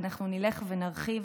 אנחנו נלך ונרחיב.